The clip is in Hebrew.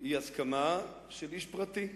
היא הסכמה של איש פרטי,